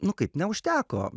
nu kaip neužteko